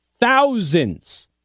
Thousands